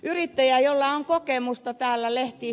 yrittäjä jolla on kokemusta täällä ed